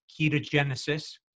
ketogenesis